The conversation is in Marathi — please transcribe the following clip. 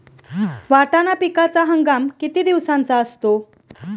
वाटाणा पिकाचा हंगाम किती दिवसांचा असतो?